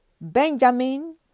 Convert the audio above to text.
Benjamin